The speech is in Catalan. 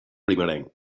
primerenc